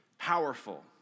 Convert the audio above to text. Powerful